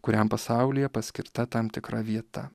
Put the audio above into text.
kuriam pasaulyje paskirta tam tikra vieta